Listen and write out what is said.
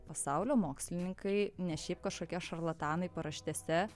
pasaulio mokslininkai ne šiaip kažkokie šarlatanai paraštėse